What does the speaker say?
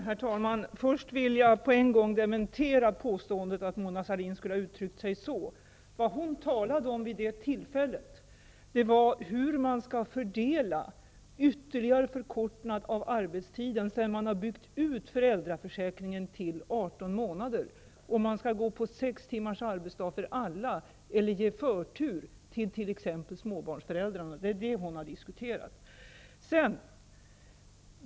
Herr talman! Först vill jag på en gång dementera påståendet att Mona Sahlin skulle ha uttryckt sig så. Vad hon talade om vid det tillfället var hur man skall fördela en ytterligare förkortning av arbetstiden, sedan man byggt ut föräldraförsäkringen till 18 månader, om man skall gå på sex timmars arbetsdag för alla eller ge förtur till t.ex. småbarnsföräldrarna. Det är det hon har diskuterat.